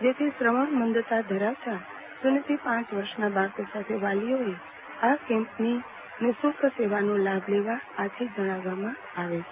જેથી શ્રાવણમાંડતા ધરાવતા જન્મ થી પ વર્ષના બાળકો સાથે વાલીઓએ આ કેમ્પોની નિઃશુલ્ક સેવાનો લાભ લેવા આથી જણાવવામાં આવે છે